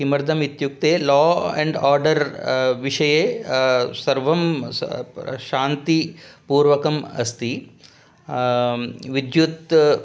किमर्थम् इत्युक्ते law and order विषये सर्वं शान्ती पूर्वकम् अस्ति विद्युत्